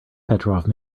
petrov